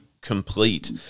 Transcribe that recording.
complete